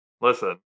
listen